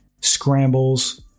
scrambles